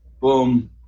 Boom